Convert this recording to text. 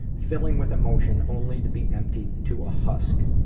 filling with emotion, only to be emptied to a husk.